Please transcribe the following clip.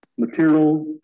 Material